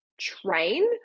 train